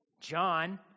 john